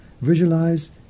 visualize